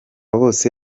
bose